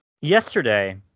yesterday